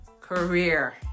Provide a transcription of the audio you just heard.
career